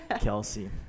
Kelsey